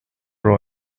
raw